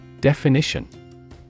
Definition